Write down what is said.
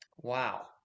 Wow